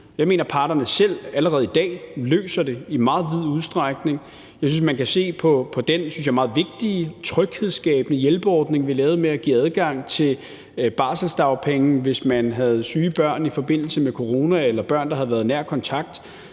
Jeg mener, at parterne selv allerede i dag løser det i meget vid udstrækning. Jeg synes, man kan se på den, synes jeg, meget vigtige tryghedsskabende hjælpeordning, vi lavede i forhold til at give adgang til barselsdagpenge – hvis man havde syge børn i forbindelse med corona, eller børn, der havde været nær kontakt,